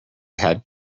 had